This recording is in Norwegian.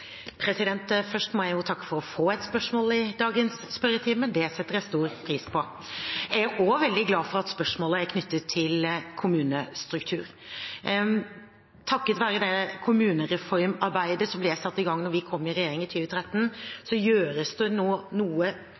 Først må jeg takke for å få et spørsmål i dagens spørretime, det setter jeg stor pris på. Jeg er også veldig glad for at spørsmålet er knyttet til kommunestruktur. Takket være det kommunereformarbeidet som ble satt i gang da vi kom i regjering i 2013, gjøres det nå noe